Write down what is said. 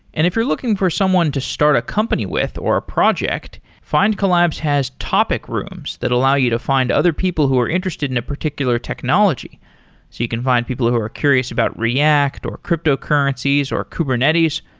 and if you're looking for someone to start a company with or a project, findcollabs has topic rooms that allow you to find other people who are interested in a particular technology. so you can find people who are curious about react, or cryptocurrencies, or kubernetes,